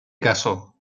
caso